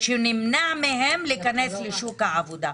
שנמנע מהן להיכנס לשוק העבודה.